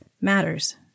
matters